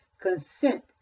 consent